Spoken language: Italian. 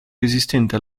resistente